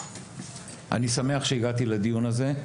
אני שמח שהגעתי לדיון הזה,